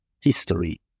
history